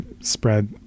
spread